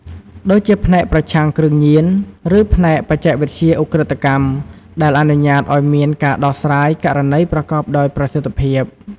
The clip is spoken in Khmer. ដូចជាផ្នែកប្រឆាំងគ្រឿងញៀន ឬផ្នែកបច្ចេកវិទ្យាឧក្រិដ្ឋកម្ម ដែលអនុញ្ញាតឱ្យមានការដោះស្រាយករណីប្រកបដោយប្រសិទ្ធភាព។